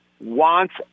wants